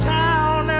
town